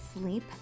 sleep